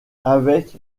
avec